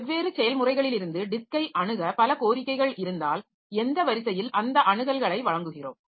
வெவ்வேறு செயல்முறைகளிலிருந்து டிஸ்க்கை அணுக பல கோரிக்கைகள் இருந்தால் எந்த வரிசையில் அந்த அணுகல்களை வழங்குகிறோம்